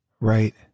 Right